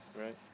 Right